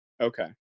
Okay